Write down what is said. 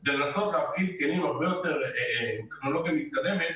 אלא לנסות לעשות תיאום הרבה יותר עם טכנולוגיה מתקדמת